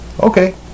Okay